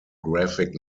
graphic